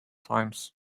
times